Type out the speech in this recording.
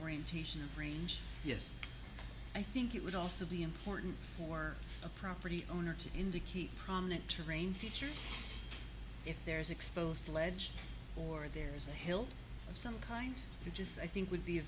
orientation or range yes i think it would also be important for a property owner to indicate prominent terrain features if there's exposed ledge or there's a hill of some kind which is i think would be a